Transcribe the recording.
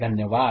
धन्यवाद